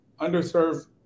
underserved